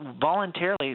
voluntarily